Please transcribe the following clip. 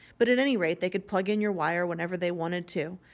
but at any rate they could plug in your wire whenever they wanted to.